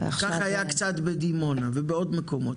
כך היה קצת בדימונה ובעוד מקומות.